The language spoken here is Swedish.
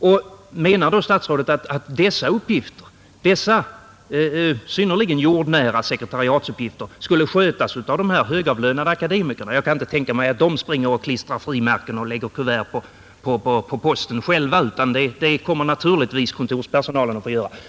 Och menar då statsrådet att dessa synnerligen jordnära sekretariatsuppgifter skulle skötas av högavlönade akademiker? Jag kan inte tänka mig att de springer och klistrar frimärken och lämnar kuvert på posten själva, utan det kommer naturligtvis kontorspersonalen att få göra.